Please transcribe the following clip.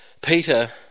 Peter